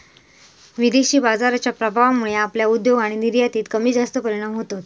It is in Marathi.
विदेशी बाजाराच्या प्रभावामुळे आपल्या उद्योग आणि निर्यातीत कमीजास्त परिणाम होतत